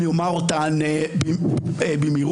אומר אותן במהירות.